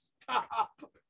Stop